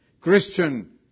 Christian